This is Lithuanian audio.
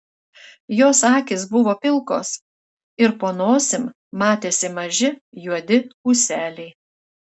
jos akys buvo pilkos ir po nosim matėsi maži juodi ūseliai